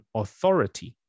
authority